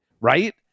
right